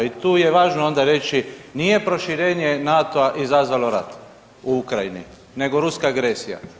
I tu je važno onda reći nije proširenje NATO-a izazvalo rat u Ukrajini nego ruska agresija.